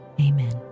amen